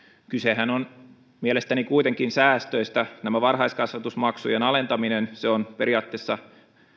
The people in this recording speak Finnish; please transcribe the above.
kysehän on mielestäni kuitenkin säästöistä tämä varhaiskasvatusmaksujen alentaminen on periaatteessa